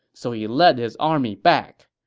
so he led his army back.